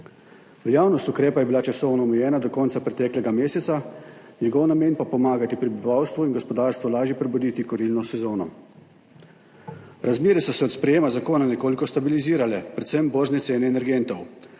Veljavnost ukrepa je bila časovno omejena do konca preteklega meseca, njegov namen pa pomagati prebivalstvu in gospodarstvu lažje prebuditi kurilno sezono. Razmere so se od sprejema zakona nekoliko stabilizirale, predvsem borzne cene energentov,